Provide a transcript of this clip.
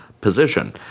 position